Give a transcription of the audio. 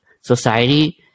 society